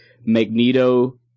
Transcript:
Magneto